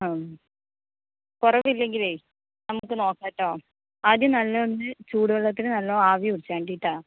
ആ കുറവില്ലെങ്കിലെ നമുക്ക് നോക്കാട്ടോ ആദ്യം നല്ല ഒന്ന് ചൂടു വെള്ളത്തില് നല്ല ആവി പിടിച്ചാണ്ടി ട്ടാ